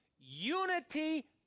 Unity